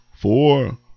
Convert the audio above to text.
four